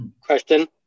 Question